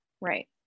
Right